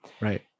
Right